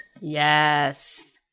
Yes